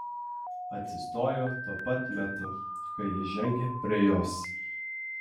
atsistojo tuo pat metu kai jis žengė prie jos